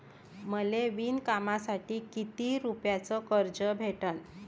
मले विणकामासाठी किती रुपयानं कर्ज भेटन?